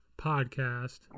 podcast